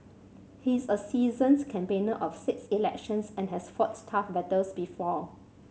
he is a seasoned campaigner of six elections and has fought tough battles before